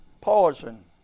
poison